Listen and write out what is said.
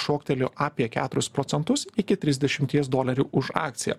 šoktelėjo apie keturis procentų iki trisdešimties dolerių už akciją